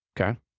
Okay